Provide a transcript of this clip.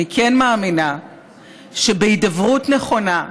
אני כן מאמינה שבהידברות נכונה,